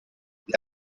gli